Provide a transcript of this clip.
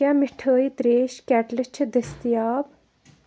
کیٛاہ مِٹھٲے ترٛیش کٮ۪ٹلہِ چھِ دٔستِیاب